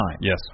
Yes